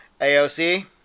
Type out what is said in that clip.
AOC